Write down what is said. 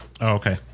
okay